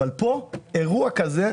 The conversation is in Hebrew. אבל אירוע כזה,